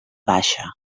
baixa